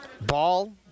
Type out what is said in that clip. Ball